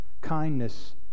kindness